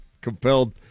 compelled